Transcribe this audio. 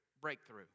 breakthrough